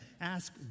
ask